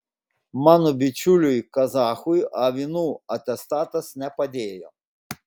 mano bičiuliui kazachui avinų atestatas nepadėjo